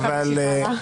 אפשר להמשיך הלאה.